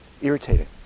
Irritating